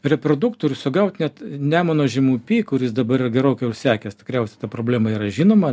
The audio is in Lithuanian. reproduktorių sugaut net nemuno žemupy kuris dabar yra gerokai užsekęs tikriausiai ta problema yra žinoma